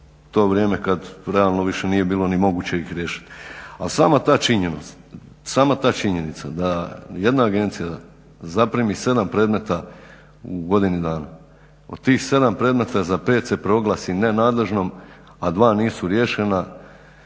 u to vrijeme kad realno više nije bilo ni moguće riješit. Ali sama ta činjenica da jedna agencija zaprimi 7 predmeta u godini dana, od tih 7 predmeta za 5 se proglasi nenadležnom, a 2 nisu riješena,